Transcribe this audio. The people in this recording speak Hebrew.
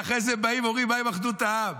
ואחרי זה באים ואומרים: מה עם אחדות העם?